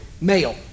male